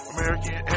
American